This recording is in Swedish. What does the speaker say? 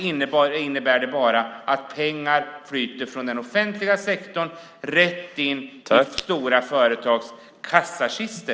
Det innebär att pengar flyter från den offentliga sektorn rätt in i stora företags kassakistor.